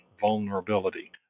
vulnerability